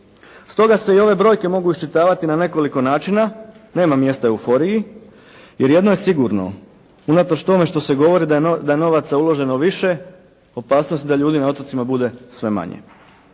Stoga se i ove brojke mogu iščitavati na nekoliko načina, nema mjesta euforiji jer jedno je sigurno. Unatoč tome što se govori da je novaca uloženo više opasnost je da ljudi na otocima bude sve manje.